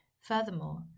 Furthermore